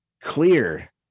clear